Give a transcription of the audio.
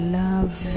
love